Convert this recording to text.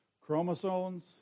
chromosomes